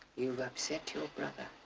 you've upset your brother.